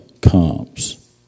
comes